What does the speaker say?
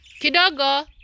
kidogo